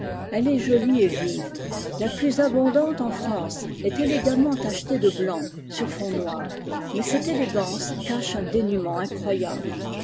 elle est jolie et vive la plus abondante en france est élégamment tachetée de blanc sur fond noir mais cette élégance cache un dénûment incroyable